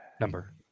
Number